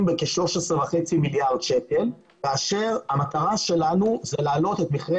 בכ-13.5 מיליארד שקלים כאשר המטרה שלנו היא להעלות את מחירי